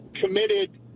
committed